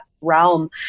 realm